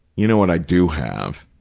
you know what i do have,